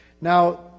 Now